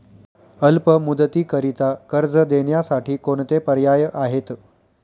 अल्प मुदतीकरीता कर्ज देण्यासाठी कोणते पर्याय आहेत?